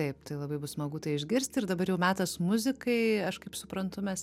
taip tai labai bus smagu tai išgirsti ir dabar jau metas muzikai aš kaip suprantu mes